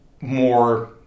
more